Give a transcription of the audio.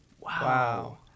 wow